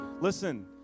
Listen